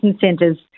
centres